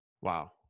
Wow